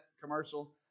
commercial